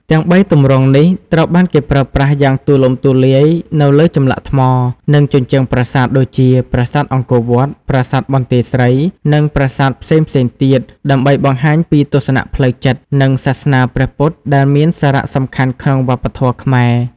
ទាំងបីទម្រង់នេះត្រូវបានគេប្រើប្រាស់យ៉ាងទូលំទូលាយនៅលើចម្លាក់ថ្ម និងជញ្ជាំងប្រាសាទដូចជា ប្រាសាទអង្គរវត្ត ប្រាសាទបន្ទាយស្រី និងប្រាសាទផ្សេងៗទៀត ដើម្បីបង្ហាញពីទស្សនៈផ្លូវចិត្ត និងសាសនាព្រះពុទ្ធដែលមានសារៈសំខាន់ក្នុងវប្បធម៌ខ្មែរ។